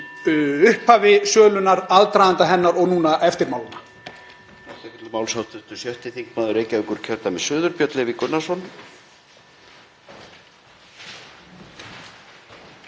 upphafi sölunnar, aðdraganda hennar og núna eftirmálann.